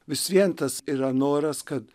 vis vien tas yra noras kad